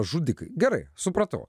žudikai gerai supratau